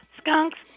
Skunks